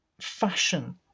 fashion